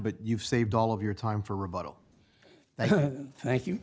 but you've saved all of your time for rebuttal thank you